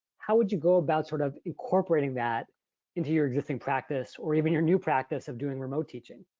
how would you go about sort of incorporating that into your existing practice or even your new practice of doing remote teaching.